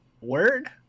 word